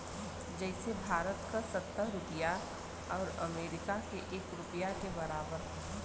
जइसे भारत क सत्तर रुपिया आउर अमरीका के एक रुपिया के बराबर हौ